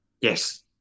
Yes